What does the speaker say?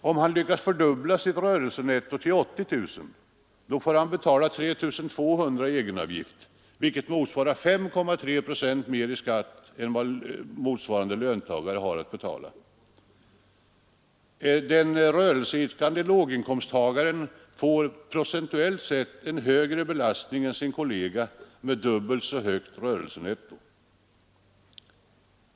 Om han lyckas fördubbla sitt rörelsenetto till 80 000 kronor, får han betala 3 200 kronor i egenavgift, vilket motsvarar 5,3 procent mer i skatt än vad löntagaren har att betala. Den rörelseidkande låginkomsttagaren får en procentuellt sett högre belastning än sin kollega med dubbelt så högt rörelsenetto.